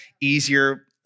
easier